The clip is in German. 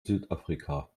südafrika